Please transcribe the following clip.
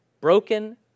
broken